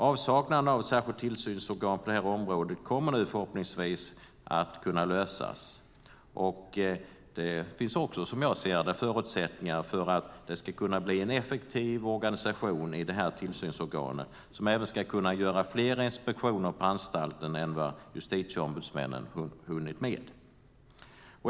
Avsaknaden av ett särskilt tillsynorgan på detta område kommer nu förhoppningsvis att åtgärdas. Det finns som jag ser det förutsättningar för en effektiv organisation i tillsynsorganet som kan göra fler inspektioner på anstalterna än vad justitieombudsmännen hunnit med.